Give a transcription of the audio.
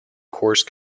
course